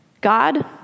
God